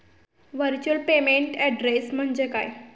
Virtual payment address म्हणजे काय?